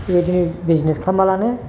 बेबायदिनो बिजनेस खालामब्लानो